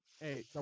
Hey